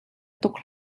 tuk